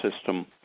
system